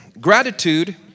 Gratitude